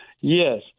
Yes